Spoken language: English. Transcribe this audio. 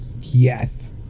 yes